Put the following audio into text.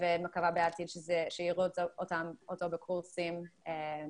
ועכשיו אני משרתת בלשכת אלוף ראש אג"ת.